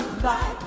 Bye